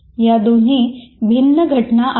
या दोन भिन्न घटना आहेत